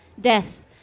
death